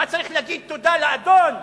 צריך להגיד תודה לאדון.